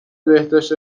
بهداشت